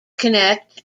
connect